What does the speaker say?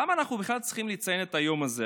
למה אנחנו בכלל צריכים לציין את היום הזה,